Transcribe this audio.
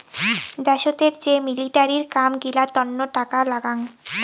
দ্যাশোতের যে মিলিটারির কাম গিলার তন্ন টাকা লাগাং